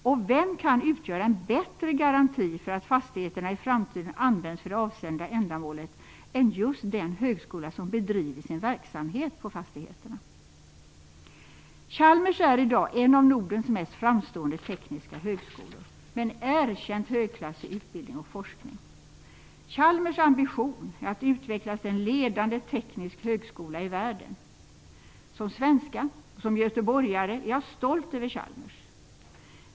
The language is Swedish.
Och vem kan utgöra en bättre garanti för att fastigheterna i framtiden används för det avsedda ändamålet än just den högskola som bedriver sin verksamhet i fastigheterna? Chalmers är i dag en av Nordens mest framstående tekniska högskolor med en erkänt högklassig utbildning och forskning. Chalmers ambition är att utvecklas till en ledande teknisk högskola i världen. Som svenska och göteborgare är jag stolt över Chalmers.